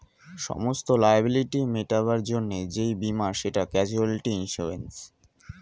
সমস্ত লায়াবিলিটি মেটাবার জন্যে যেই বীমা সেটা ক্যাজুয়ালটি ইন্সুরেন্স